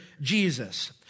Jesus